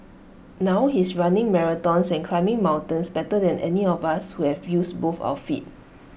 now he's running marathons and climbing mountains better than any of us who both our feet